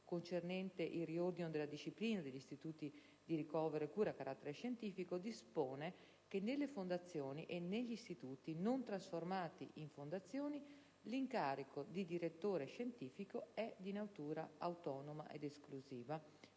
concernente il riordino della disciplina degli Istituti di ricovero e cura a carattere scientifico, dispone che nelle fondazioni e negli istituti non trasformati in fondazioni l'incarico di direttore scientifico è di natura autonoma ed esclusiva,